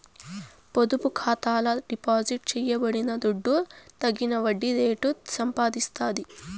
పొదుపు ఖాతాల డిపాజిట్ చేయబడిన దుడ్డు తగిన వడ్డీ రేటు సంపాదిస్తాది